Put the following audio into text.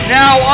now